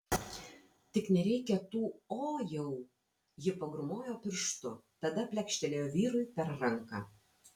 tik nereikia tų o jau ji pagrūmojo pirštu tada plekštelėjo vyrui per ranką